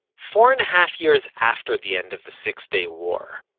four-and-a-half years after the end of the six day war,